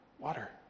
water